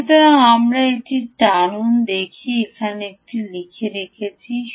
সুতরাং আমাকে এটি টানুন এবং দেখুন যে আমি এটি লিখে রেখেছি মনে করি না